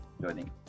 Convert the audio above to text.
joining